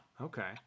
okay